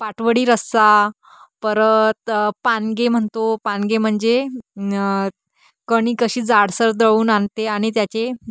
पाटवडी रस्सा परत पानगे म्हणतो पानगे म्हणजे कणी कशी जाडसर दळून आणते आणि त्याचे